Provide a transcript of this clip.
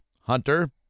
Hunter